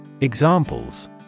Examples